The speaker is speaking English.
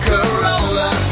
Corolla